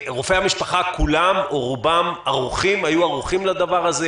רוב רופאי המשפחה היו ערוכים לדברים האלה?